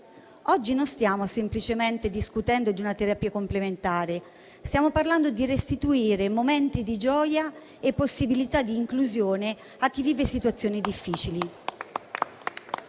Oggi non stiamo semplicemente discutendo di una terapia complementare, ma stiamo parlando di restituire momenti di gioia e possibilità di inclusione a chi vive situazioni difficili.